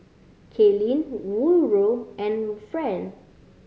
Kaylynn Woodroe and Friend